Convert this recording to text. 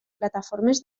plataformes